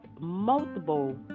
multiple